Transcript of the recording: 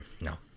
No